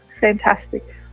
fantastic